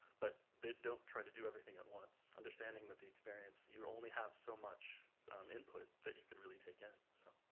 but they don't try to do everything at once. understanding that the experience, you only have so much input that you can really take in. so